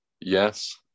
Yes